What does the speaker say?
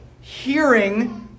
hearing